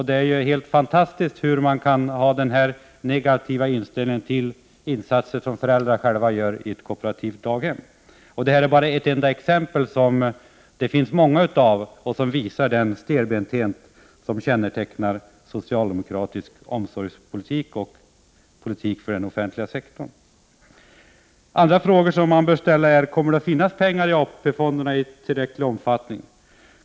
Det är helt fantastiskt att man kan ha en så negativ inställning till insatser som föräldrar själva gör i ett kooperativt daghem. Det här är bara ett enda exempel — det finns många — som visar på den stelbenthet som kännetecknar socialdemokratisk omsorgspolitik och politik för den offentliga sektorn. Andra frågor som man bör ställa är: Kommer det att finnas pengar i AP-fonderna i tillräcklig omfattning?